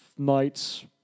night's